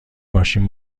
ماشین